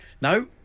No